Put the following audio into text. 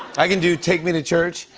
i can do take me to church.